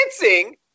dancing